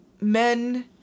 Men